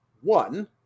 one